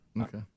okay